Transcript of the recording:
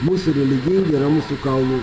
mūsų religija yra mūsų kaulų